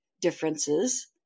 differences